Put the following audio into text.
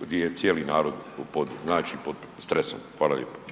gdje je cijeli narod pod stresom? Hvala lijepo.